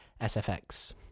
SFX